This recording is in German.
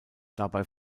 dabei